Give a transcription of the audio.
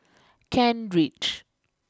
Kent Ridge